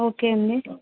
okay అండి